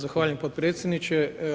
Zahvaljujem potpredsjedniče.